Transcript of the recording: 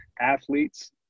athletes